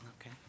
Okay